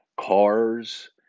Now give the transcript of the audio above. cars